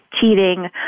cheating